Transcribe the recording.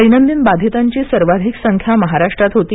दैनंदिन बाधितांचीसर्वाधिक संख्या महाराष्ट्रात होती